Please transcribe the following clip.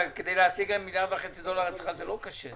להשיג מיליארד וחצי דולר אצלך זה לא קשה,